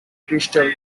crystal